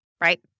right